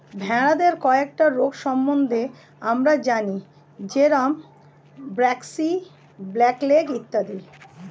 ভেড়াদের কয়েকটা রোগ সম্বন্ধে আমরা জানি যেরম ব্র্যাক্সি, ব্ল্যাক লেগ ইত্যাদি